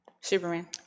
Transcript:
Superman